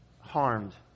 harmed